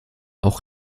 auch